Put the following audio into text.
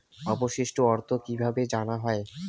অবশিষ্ট অর্থ কিভাবে জানা হয়?